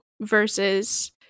versus